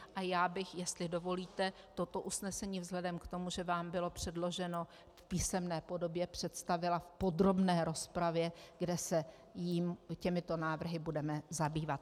A já bych, jestli dovolíte, toto usnesení vzhledem k tomu, že vám bylo předloženo v písemné podobě, představila v podrobné rozpravě, kde se těmito návrhy budeme zabývat.